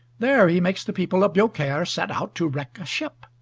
there he makes the people of beaucaire set out to wreck a ship.